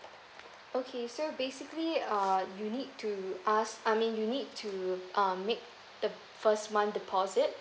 okay so basically uh you need to ask I mean you need to um make the first month deposit